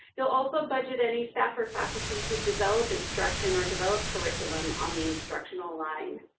you'll also budget any staff or faculty who develop instruction or develop curriculum on the instructional line.